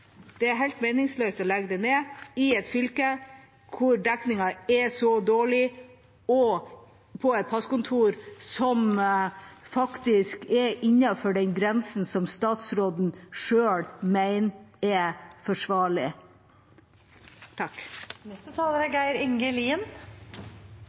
Det er helt meningsløst å legge det ned, i et fylke hvor dekningen er så dårlig, og passkontoret faktisk er innenfor den grensen som statsråden selv mener er forsvarlig. Det er